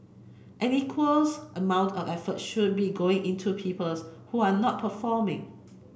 an equals amount of effort should be going into peoples who are not performing